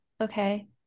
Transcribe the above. okay